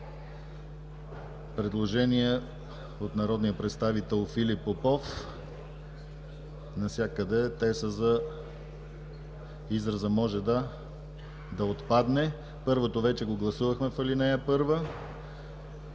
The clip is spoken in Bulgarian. предложения от народния представител Филип Попов: навсякъде изразът „може” да отпадне. Първото вече го гласувахме в ал. 1 – в